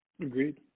Agreed